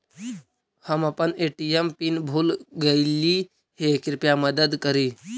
हम अपन ATM pin भूल गईली हे, कृपया मदद करी